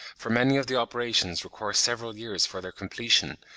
for many of the operations require several years for their completion,